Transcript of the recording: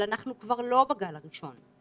אבל אנחנו כבר לא בגל הראשון,